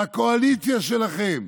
בקואליציה שלכם,